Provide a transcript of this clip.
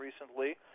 recently